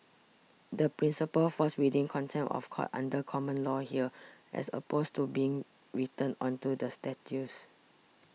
the principle falls within contempt of court under common law here as opposed to being written onto the statutes